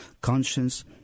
conscience